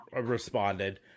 responded